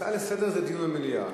הצעה לסדר-היום זה דיון במליאה.